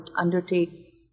undertake